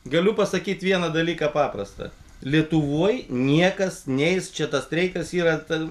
galiu pasakyt vieną dalyką paprastą lietuvoj niekas neis čia tas streikas yra ta